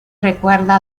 recuerda